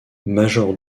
major